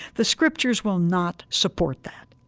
the scriptures will not support that.